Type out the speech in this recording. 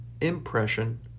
Impression